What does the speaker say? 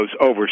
over